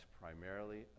primarily